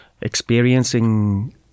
experiencing